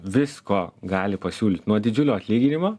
visko gali pasiūlyt nuo didžiulio atlyginimo